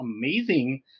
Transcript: amazing